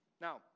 Now